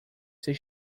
ser